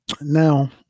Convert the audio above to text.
Now